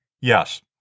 Yes